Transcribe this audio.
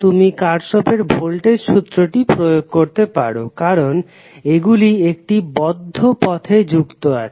তুমি কার্শফের ভোল্টেজের সূত্রটি Kirchhoff's voltage law প্রয়োগ করতে পারো কারণ এগুলি একটি বদ্ধ পথে যুক্ত আছে